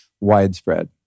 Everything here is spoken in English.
widespread